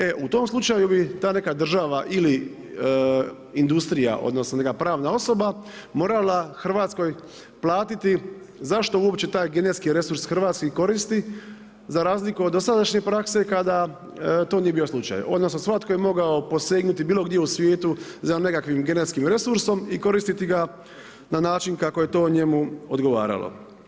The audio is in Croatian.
E u tom slučaju bi ta neka država ili industrija odnosno neka pravna osoba morala Hrvatskoj platiti zašto uopće taj genetski resurs koristi za razliku od dosadašnje prakse kada to nije bio slučaj, odnosno svatko je mogao posegnuti bilo gdje u svijetu za nekakvim genetskim resursom i koristiti ga na način kako je to odgovaralo.